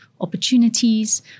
opportunities